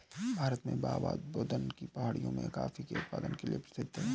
भारत में बाबाबुदन की पहाड़ियां भी कॉफी के उत्पादन के लिए प्रसिद्ध है